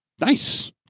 Nice